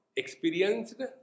Experienced